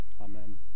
Amen